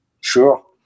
Sure